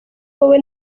wowe